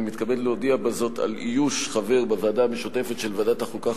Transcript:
אני מתכבד להודיע בזאת על איוש חבר בוועדה המשותפת של ועדת החוקה,